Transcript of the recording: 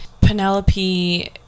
Penelope